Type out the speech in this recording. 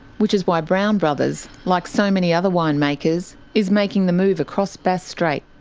which is why brown brothers, like so many other winemakers, is making the move across bass strait.